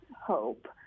hope